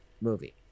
movie